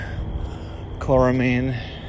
chloramine